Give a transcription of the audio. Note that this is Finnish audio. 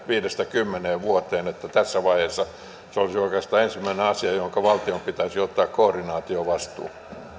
viidestä kymmeneen vuoteen tässä vaiheessa se olisi oikeastaan ensimmäinen asia josta valtion pitäisi ottaa koordinaatiovastuu